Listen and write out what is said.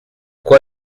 quoi